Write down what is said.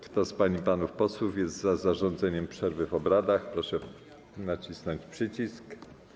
Kto z pań i panów posłów jest za zarządzeniem przerwy w obradach, proszę nacisnąć przycisk.